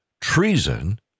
treason